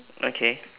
okay